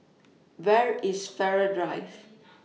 Where IS Farrer Drive